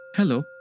Hello